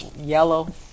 yellow